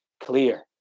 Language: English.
clear